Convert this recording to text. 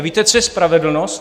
Víte, co je spravedlnost?